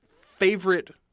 favorite